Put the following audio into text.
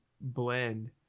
blend